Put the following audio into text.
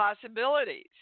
possibilities